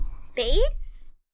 Space